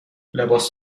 لباس